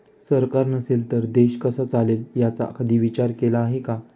सरकार नसेल तर देश कसा चालेल याचा कधी विचार केला आहे का?